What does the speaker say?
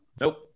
Nope